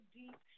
deep